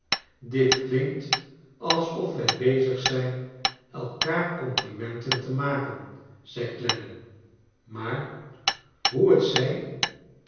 dit klinkt als of wij bezig zijn elkaar complimenten te maken zei clennam maar hoe t zij